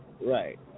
Right